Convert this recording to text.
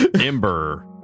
Ember